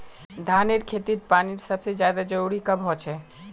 धानेर खेतीत पानीर सबसे ज्यादा जरुरी कब होचे?